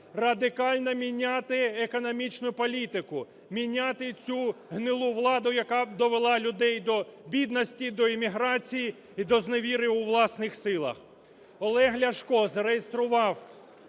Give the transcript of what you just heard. Радикально міняти економічну політику. Міняти цю гнилу владу, яка довела людей до бідності, до еміграції і до зневіри у власних силах. Олег Ляшко зареєстрував